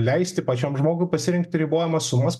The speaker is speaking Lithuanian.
leisti pačiam žmogui pasirinkti ribojamas sumas